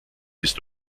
bist